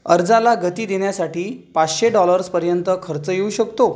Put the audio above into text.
अर्जाला गती देण्यासाठी पाचशे डॉलर्सपर्यंत खर्च येऊ शकतो